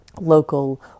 local